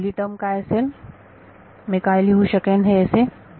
म्हणून पहिली टर्म काय असेल मी काय लिहू शकेन हे असे